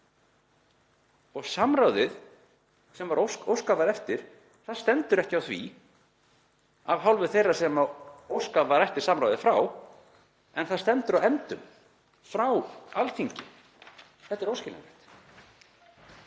Samráðið sem óskað var eftir, það stendur ekki á því af hálfu þeirra sem óskað var eftir samráði frá en það stendur á efndum frá Alþingi. Þetta er óskiljanlegt.